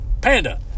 Panda